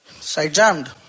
Side-jammed